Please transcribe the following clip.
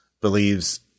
believes